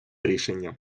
рішення